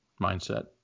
mindset